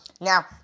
now